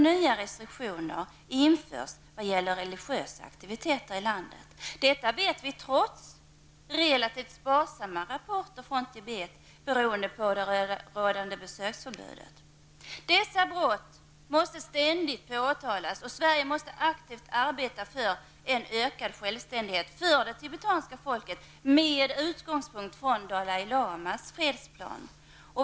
Nya restriktioner införs vad gäller religiösa aktiviteter i landet. Detta vet vi trots relativt sparsamma rapporter från Tibet beroende på rådande besöksförbud. Dessa brott måste ständigt påtalas, och Sverige måste aktivt arbeta för en ökad självständighet för det tibetanska folket med utgångspunkt i Dalai Lamas fredsplan.